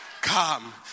Come